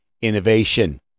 innovation